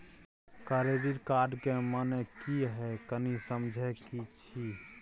Credit card के माने की हैं, कनी समझे कि छि?